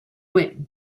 went